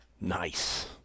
Nice